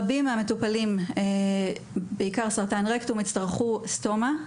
רבים מהמטופלים - בעיקר בסרטן רקטום - יצטרכו סטומה,